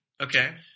Okay